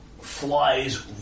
flies